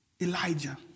Elijah